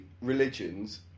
religions